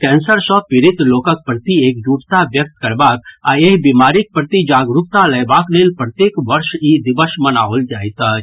cancer सँ पीड़ित लोकक प्रति एकजुटता व्यक्त करबाक आ एहि बीमारीक प्रति जागरूकता लयबाक लेल प्रत्येक वर्ष ई दिवस मानाओल जाइत अछि